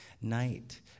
Night